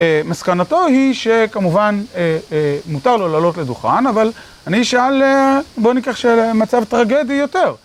מסקנתו היא שכמובן מותר לו לעלות לדוכן אבל אני אשאל, בוא ניקח מצב טרגדי יותר